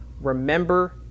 Remember